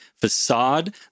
facade